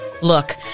Look